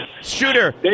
Shooter